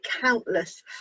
countless